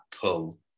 pull